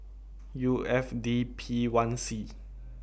U F D P one C